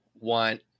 want